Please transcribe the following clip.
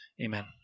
Amen